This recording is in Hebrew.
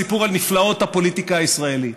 סיפור על נפלאות הפוליטיקה הישראלית.